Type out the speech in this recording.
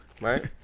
Right